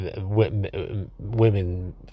women